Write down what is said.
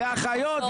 באחיות?